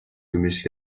gemisch